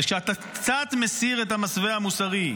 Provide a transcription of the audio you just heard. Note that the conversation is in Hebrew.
וכשאתה מסיר קצת את המסווה המוסרי,